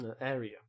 area